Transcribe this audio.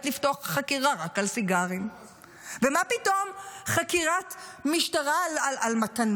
איש מכירות טוב, ואיש מכירות טוב יודע למכור